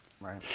Right